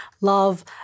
love